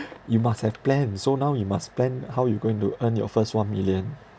you must have plan so now you must plan how you going to earn your first one million